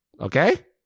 Okay